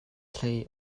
hlei